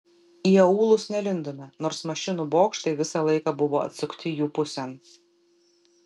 į aūlus nelindome nors mašinų bokštai visą laiką buvo atsukti jų pusėn